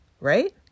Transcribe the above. Right